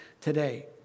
today